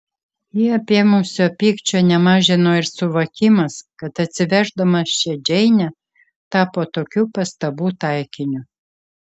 jį apėmusio pykčio nemažino ir suvokimas kad atsiveždamas čia džeinę tapo tokių pastabų taikiniu